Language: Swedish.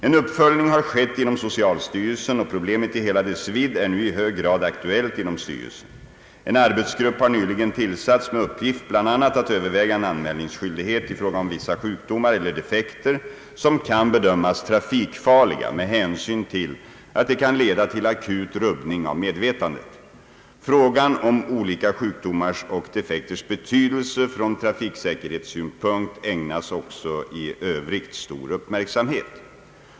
En uppföljning har skett inom socialstyrelsen och problemet i hela dess vidd är nu i hög grad aktuellt inom styrelsen. En arbetsgrupp har nyligen tillsatts med uppgift bl.a. att överväga en anmälningsskyldighet i fråga om vissa sjukdomar eller defekter som kan bedömas trafikfarliga med hänsyn till att de kan leda till akut rubbning av medvetandet. Frågan om olika sjukdomars och defekters betydelse från trafiksäkerhetssynpunkt ägnas också i övrigt stor uppmärksamhet.